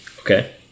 Okay